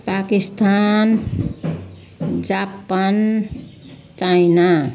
Pakistan Japan China